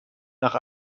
nach